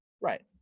Right